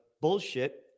bullshit